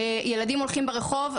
ילדים הולכים ברחוב,